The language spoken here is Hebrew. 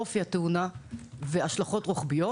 אופי התאונה והשלכות רוחביות